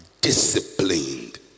disciplined